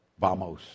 Vamos